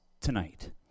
tonight